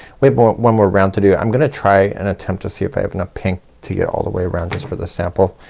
but one more round to do it. i'm gonna try and attempt to see if i have enough pink to get all the way around just for the sample.